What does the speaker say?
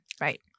right